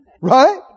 Right